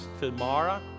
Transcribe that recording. tomorrow